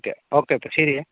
okay ഒക്കെ അപ്പോൾ ശരിയെ